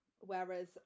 Whereas